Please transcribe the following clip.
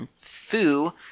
$foo